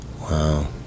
Wow